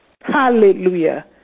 Hallelujah